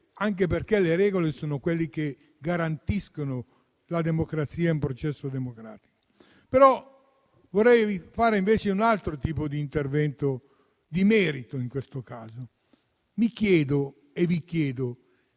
che vuole. Le regole garantiscono la democrazia e il processo democratico. Vorrei fare invece un altro tipo di intervento: di merito, in questo caso. Mi chiedo e vi chiedo